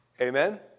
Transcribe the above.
Amen